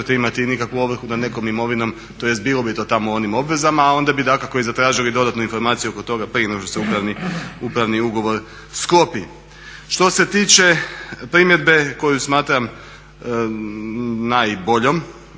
imati nikakvu ovrhu nad nekom imovinom tj. bilo bi tamo u onim obvezama ali bi i zatražili dodatnu informaciju oko toga prije nego što se upravni ugovor sklopi. Što se tiče primjedbe koju smatram najboljom